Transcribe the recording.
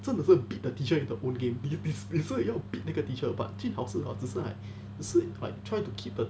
真的是 beat the teacher in the own game 你你你是要 beat 那个 teacher but jun hao 是只是 like try to keep that